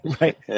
Right